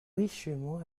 richement